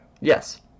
Yes